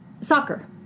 soccer